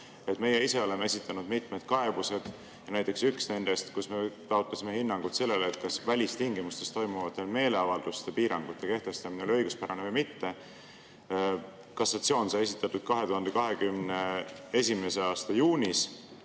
Meie ise oleme esitanud mitmeid kaebusi. Näiteks üks nendest, kus me taotlesime hinnangut sellele, kas välistingimustes toimuvate meeleavalduste piirangute kehtestamine oli õiguspärane või mitte. Kassatsioon esitati 2022. aasta juunis